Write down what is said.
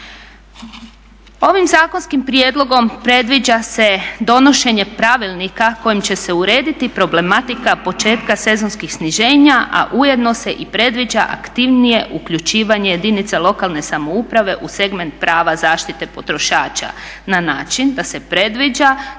Ovim zakonskim prijedlogom predviđa se donošenje pravilnika kojim će se urediti problematika početka sezonskih sniženja a ujedno se i predviđa aktivnije uključivanje jedinica lokalne samouprave u segment prava zaštite potrošača na način da se predviđa